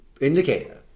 indicator